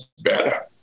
better